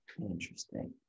interesting